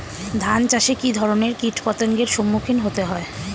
ধান চাষে কী ধরনের কীট পতঙ্গের সম্মুখীন হতে হয়?